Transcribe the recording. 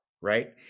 right